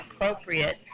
appropriate